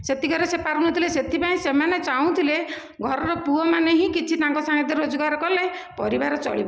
ସେତିକରେ ସେ ପାରୁନଥିଲେ ସେଥିପାଇଁ ସେମାନେ ଚାହୁଁଥିଲେ ଘରର ପୁଅମାନେ ହିଁ କିଛି ତାଙ୍କ ସହିତ ରୋଜଗାର କଲେ ପରିବାର ଚଳିବ